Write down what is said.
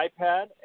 iPad